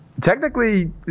Technically